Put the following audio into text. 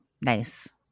nice